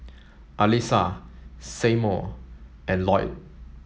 Alisa Seymour and Loyd